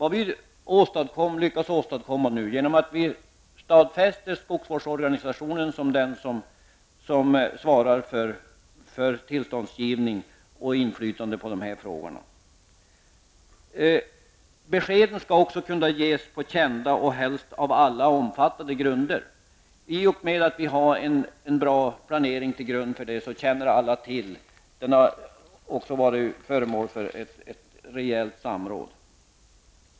Det har vi lyckats åstadkomma genom att stadfästa skogsvårdsorganisationen som den som svarar för tillståndsgivning och inflytande i de här frågorna. Beskeden skall också kunna ges på kända och av alla omfattade grunder. I och med att vi har en bra planering känner alla till vad som gäller. Planeringen har också varit föremål för rejält samråd.